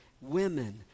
women